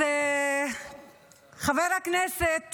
חבר הכנסת פוגל,